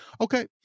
Okay